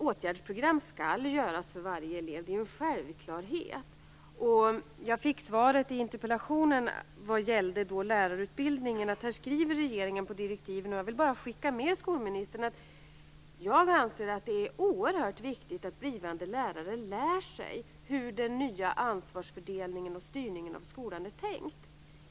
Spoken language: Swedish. Åtgärdsprogram skall göras för varje elev. Det är en självklarhet. Skolministern sade i svaret på min interpellation vad gäller lärarutbildningen att regeringen skriver på direktiven. Jag vill då skicka med skolministern att jag anser att det är oerhört viktigt att blivande lärare lär sig hur den nya ansvarsfördelningen och styrningen av skolan är tänkt.